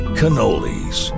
cannolis